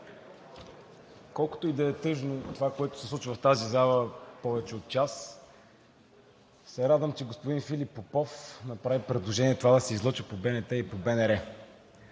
колкото и да е тъжно това, което се случва в тази зала повече от час, се радвам, че господин Филип Попов направи предложение това да се излъчи по БНТ и по БНР,